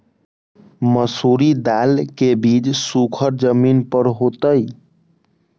मसूरी दाल के बीज सुखर जमीन पर होतई?